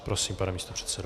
Prosím, pane místopředsedo.